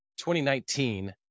2019